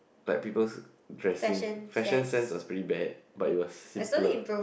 like people's dressing fashion sense was pretty bad but it was simpler